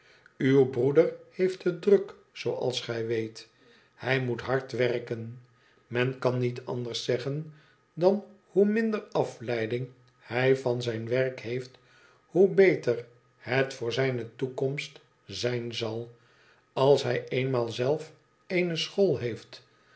uv broeder heeft het druk zooals gij weet hij moet hard werken men kan niet anders zeggen dan hoe minder afleiding hij van zijn werk heeft hoe beter het voor zijne toekomst zijn zal als hij eenmaal zelf eene school heeft